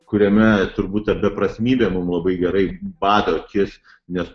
kuriame turbūt ta beprasmybė mum labai gerai bado akis nes